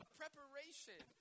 preparation